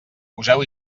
poseu